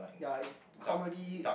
ya it's comedy